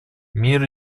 мир